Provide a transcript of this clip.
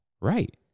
right